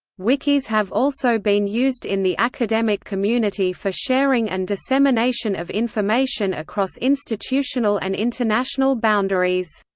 wikis have also been used in the academic community for sharing and dissemination of information across institutional and international boundaries.